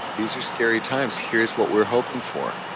these are scary times, here's what we're hoping for,